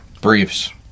briefs